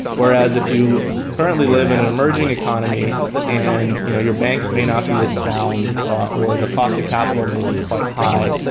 whereas if you currently live in an emerging economy and you know your banks may not be as sound or the cost of capital may be quite high,